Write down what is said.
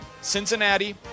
Cincinnati